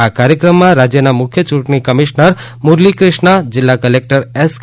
આ કાર્યક્રમમાં રાજ્યના મુખ્ય ચૂંટણી કમિશ્રર મુરલી ક્રિષ્ના જિલ્લા કલેક્ટર એસકે